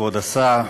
כבוד השר,